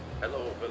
hello